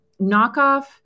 knockoff